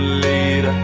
later